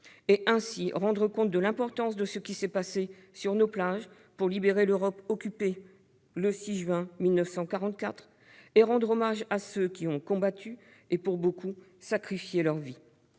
et ainsi rendre compte de l'importance de ce qui s'est passé, sur nos plages, pour libérer l'Europe occupée, le 6 juin 1944, et rendre hommage à ceux qui ont combattu et, pour beaucoup, sacrifié leur vie.